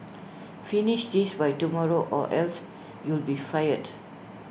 finish this by tomorrow or else you'll be fired